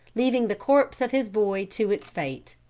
leaving the corpse of his boy to its fate.